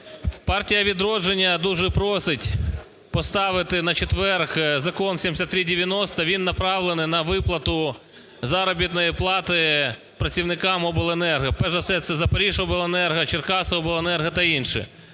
Партія "Відродження" дуже просить поставити на четвер Закон 7390, він направлений на виплату заробітної плати працівникам обленерго. Перш за все, це "Запоріжжяобленерго", "Черкасиобленерго" та інші.